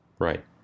Right